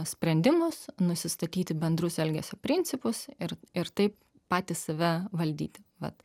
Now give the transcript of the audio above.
sprendimus nusistatyti bendrus elgesio principus ir ir taip patys save valdyti vat